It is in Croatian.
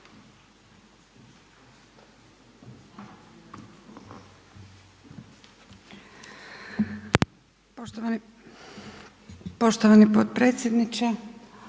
poštovani potpredsjedniče